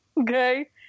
Okay